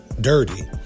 dirty